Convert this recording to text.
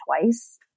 twice